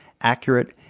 accurate